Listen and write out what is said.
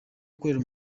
gukorera